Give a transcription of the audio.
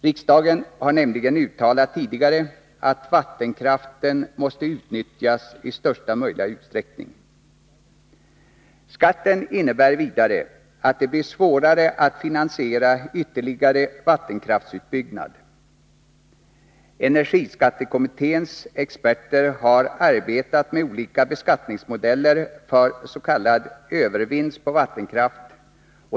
Riksdagen har nämligen tidigare uttalat att vattenkraften måste utnyttjas i största möjliga utsträckning. Skatten innebär vidare att det blir svårare att finansiera ytterligare vattenkraftsutbyggnad. Energiskattekommitténs experter har arbetat med olika beskattningsmodeller för s.k. övervinster på vattenkraft.